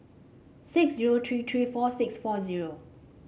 six zero three three four six four zero